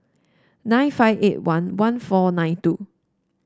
nine five eight one one four nine two